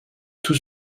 tout